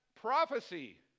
prophecy